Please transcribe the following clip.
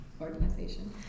Organization